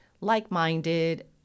like-minded